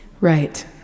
Right